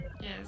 Yes